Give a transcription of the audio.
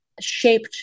shaped